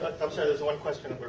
um so there is one question.